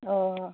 ꯑꯣ ꯑꯣ ꯑꯣ